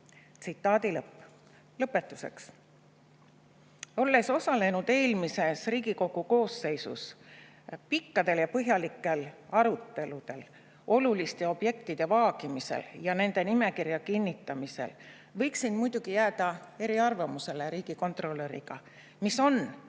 tee."Lõpetuseks, olles osalenud eelmises Riigikogu koosseisus pikkadel ja põhjalikel aruteludel, oluliste objektide vaagimisel ja nende nimekirja kinnitamisel, võiksin muidugi jääda eriarvamusele riigikontrolöriga, mis on